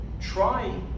Try